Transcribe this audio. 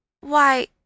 Why